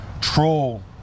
troll